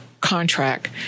contract